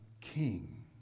king